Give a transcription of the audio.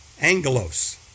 Angelos